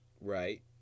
Right